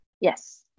yes